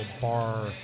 bar